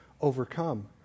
overcome